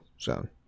zone